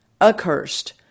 accursed